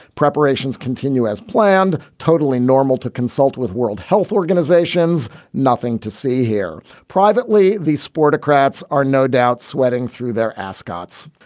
preparations continue as planned. totally normal to consult with world health organization's nothing to see here. privately, the sport crats are no doubt sweating through their ascots.